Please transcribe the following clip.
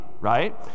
right